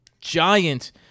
giant